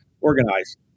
organized